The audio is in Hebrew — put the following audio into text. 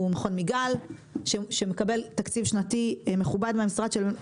מכון מיגל שמקבל תקציב שנתי מכובד מהמשרד שלנו,